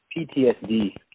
PTSD